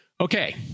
Okay